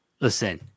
Listen